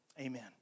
amen